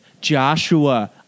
Joshua